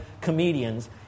comedians